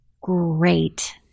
great